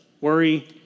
worry